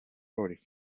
already